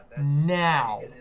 Now